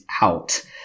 out